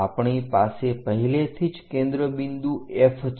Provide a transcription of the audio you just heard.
આપણી પાસે પહેલેથી જ કેન્દ્ર બિંદુ F છે